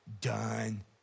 done